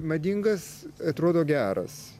madingas atrodo geras